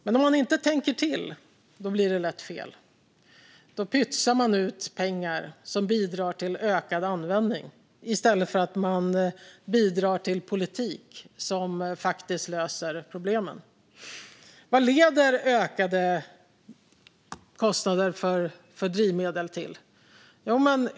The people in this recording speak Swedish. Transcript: Men om man inte tänker till blir det lätt fel. Då pytsar man ut pengar som bidrar till ökad användning i stället för att man bidrar till politik som faktiskt löser problemen. Vad leder ökade kostnader för drivmedel till?